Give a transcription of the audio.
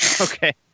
Okay